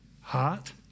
heart